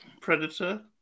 Predator